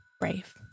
brave